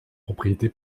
propriété